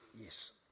yes